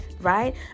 right